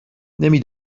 نمی